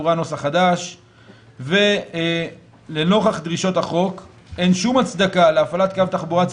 הנושא הובא לדיון מהיר על פי בקשתם של חברי הכנסת משה ארבל ואופיר